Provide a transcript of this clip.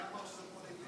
מי אמר שזה פוליטי?